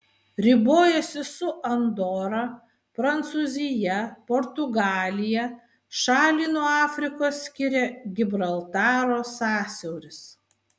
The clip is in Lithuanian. ribojasi su andora prancūzija portugalija šalį nuo afrikos skiria gibraltaro sąsiauris